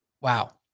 Wow